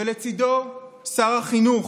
ולצידו שר החינוך,